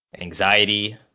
anxiety